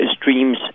streams